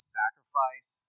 sacrifice